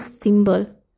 symbol